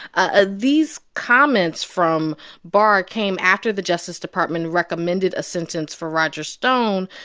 ah these comments from barr came after the justice department recommended a sentence for roger stone,